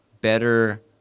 better